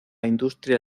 industria